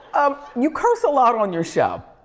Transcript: um you curse a lot on your show,